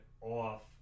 off